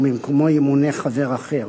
ובמקומו ימונה חבר אחר.